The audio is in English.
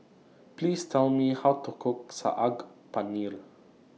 Please Tell Me How to Cook Saag Paneer